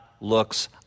looks